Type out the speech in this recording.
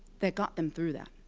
that got them through that.